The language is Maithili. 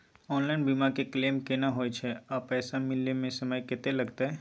ऑनलाइन बीमा के क्लेम केना होय छै आ पैसा मिले म समय केत्ते लगतै?